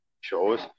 shows